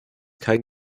kein